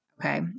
okay